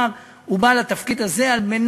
ולאחר מכן להביא תקציב ל-2016 עם רפורמות וחוק ההסדרים,